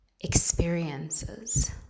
experiences